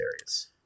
areas